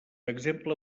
exemple